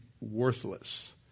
worthless